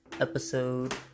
episode